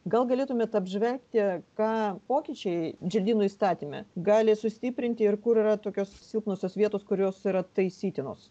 gal galėtumėt apžvelgti ką pokyčiai želdynų įstatyme gali sustiprinti ir kur yra tokios silpnosios vietos kurios yra taisytinos